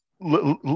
let